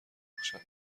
بخشد